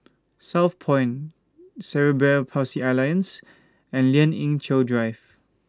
Southpoint Cerebral Palsy Alliance and Lien Ying Chow Drive